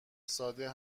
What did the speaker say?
ساده